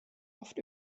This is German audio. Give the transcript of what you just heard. oft